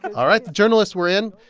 all right. the journalists were in.